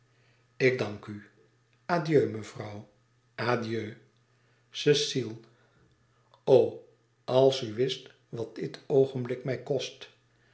ik dank u adieu mevrouw adieu cecile o als u wist wat dit oogenblik mij kost